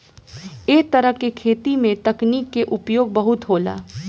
ऐ तरह के खेती में तकनीक के उपयोग बहुत होला